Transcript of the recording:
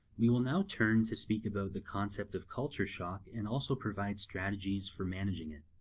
we will now turn to speak about the concept of culture shock and also provide strategies for managing it.